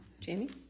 Jamie